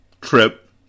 trip